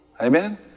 Amen